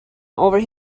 over